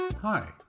Hi